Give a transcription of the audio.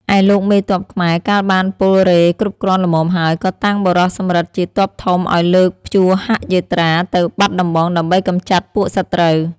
ឯលោកមេទ័ពខ្មែរ កាលបានពលរេហ៍គ្រប់គ្រាន់ល្មមហើយ ក៏តាំងបុរសសំរិទ្ធជាទ័ពធំឲ្យលើកព្យូហយាត្រាទៅបាត់ដំបងដើម្បីកម្ចាត់ពួកសត្រូវ ។